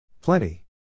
Plenty